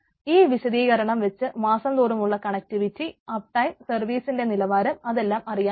ഈ വിശദീകരണം വെച്ച് മാസംതോറുമുള്ള കണക്ടിവിറ്റി അപ്പ് ടൈം സർവ്വീസിന്റെ നിലവാരം അതെല്ലാം അറിയാൻ പറ്റും